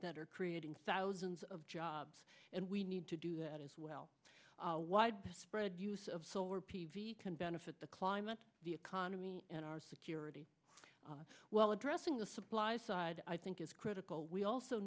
that are creating thousands of jobs and we need to do that as well wide spread use of solar p v can benefit the climate the economy and our security while addressing the supply side i think is critical we also